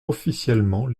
officiellement